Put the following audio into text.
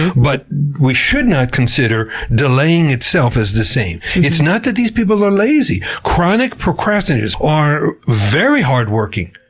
but we should not consider delaying itself as the same. it's not that these people are lazy chronic procrastinators are very hardworking.